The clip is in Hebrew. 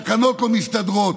תקנות לא מסתדרות?